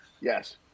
yes